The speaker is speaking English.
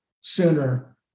sooner